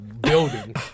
building